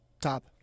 Top